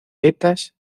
vetas